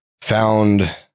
Found